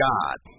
God